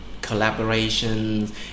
collaborations